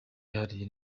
yihariye